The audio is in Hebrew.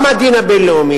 גם הדין הבין-לאומי,